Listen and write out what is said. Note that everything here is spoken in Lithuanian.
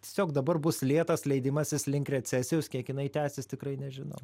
tiesiog dabar bus lėtas leidimasis link recesijos kiek jinai tęsis tikrai nežinau